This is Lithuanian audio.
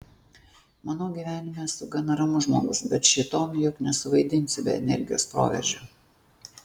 manau gyvenime esu gana ramus žmogus bet šėtono juk nesuvaidinsi be energijos proveržio